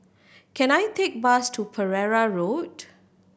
can I take bus to Pereira Road